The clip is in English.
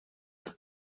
are